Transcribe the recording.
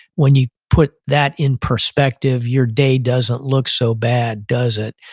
when you put that in perspective your day doesn't look so bad, does it?